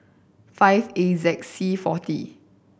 five A Z C forty